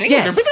Yes